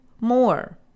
more